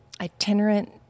Itinerant